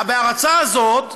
ה"בהרצה" הזאת,